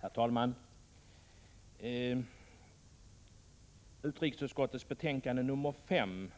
Herr talman! Utrikesutskottets betänkande nr 5